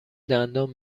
دندان